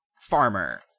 farmer